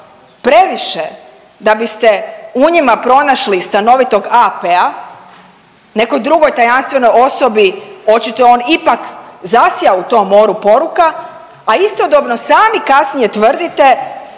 previše da biste u njima pronašli stanovitog AP-a nekoj drugoj tajanstvenoj osobi očito je on ipak zasjao u tom moru poruka, a istodobno sami kasnije tvrdite